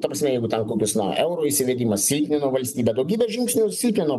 ta prasme jeigu ten kokius na euro įsivedimas silpnino valstybę daugybę žingsnių siutino